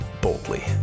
boldly